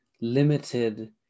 limited